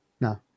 No